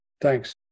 Thanks